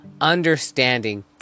understanding